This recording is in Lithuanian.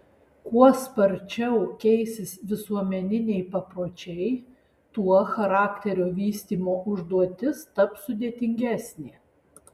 kuo sparčiau keisis visuomeniniai papročiai tuo charakterio vystymo užduotis taps sudėtingesnė